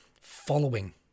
following